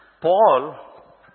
Paul